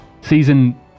Season